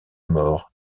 mort